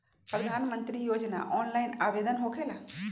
प्रधानमंत्री योजना ऑनलाइन आवेदन होकेला?